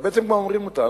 אבל בעצם אומרים אותה,